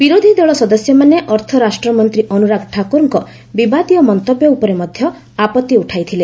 ବିରୋଧୀଦଳ ସଦସ୍ୟମାନେ ଅର୍ଥରାଷ୍ଟ୍ରମନ୍ତ୍ରୀ ଅନୁରାଗ ଠାକୁରଙ୍କ ବିବାଦୀୟ ମନ୍ତବ୍ୟ ଉପରେ ମଧ୍ୟ ଆପତ୍ତି ଉଠାଇଥିଲେ